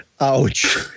Ouch